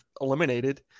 eliminated